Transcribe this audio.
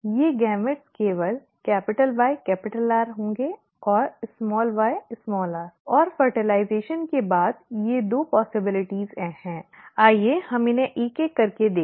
ये युग्मक केवल YR होंगे और yr और निषेचन के बाद ये दो संभावनाएँ हैं आइए हम इन्हें एक एक करके देखें